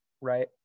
right